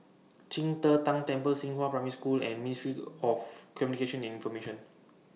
Qing De Tang Temple Xinghua Primary School and Ministry of Communications and Information